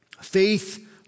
Faith